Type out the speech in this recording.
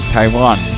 Taiwan